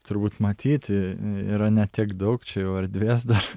turbūt matyti yra ne tiek daug čia jau erdvės dar